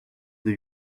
deux